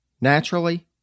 Naturally